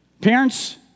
Parents